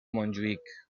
montjuïc